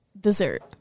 Dessert